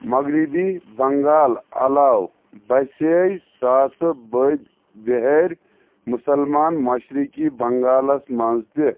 مغربی بنٛگال علاوٕ بسے ساسہٕ بٔدی بہٲرۍ مُسلمان مشرقی بنٛگالَس منٛز تہِ